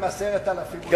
גם 10,000 הוא לא,